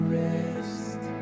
rest